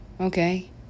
Okay